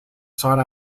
sought